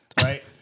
right